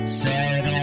sad